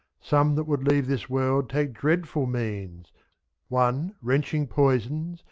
some that would leave this world take dreadful means one wrenching poisons,